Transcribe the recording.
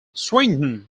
swindon